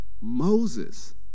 Moses